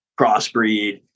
crossbreed